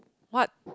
what